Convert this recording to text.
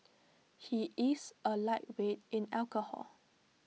he is A lightweight in alcohol